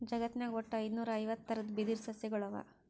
ಜಗತ್ನಾಗ್ ವಟ್ಟ್ ಐದುನೂರಾ ಐವತ್ತ್ ಥರದ್ ಬಿದಿರ್ ಸಸ್ಯಗೊಳ್ ಅವಾ